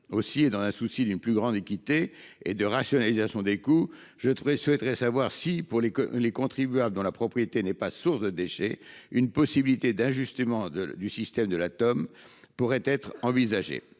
Aussi, et dans le souci d'une plus grande équité et d'une rationalisation des coûts, je souhaite savoir si, pour les contribuables dont la propriété n'est pas source de déchets, un ajustement du système Teom pourrait être envisagé.